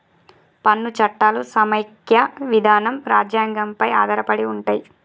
పన్ను చట్టాలు సమైక్య విధానం రాజ్యాంగం పై ఆధారపడి ఉంటయ్